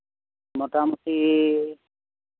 ᱢᱳᱴᱟᱢᱩᱴᱤ